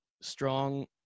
strong